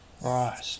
Right